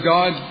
God